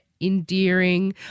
endearing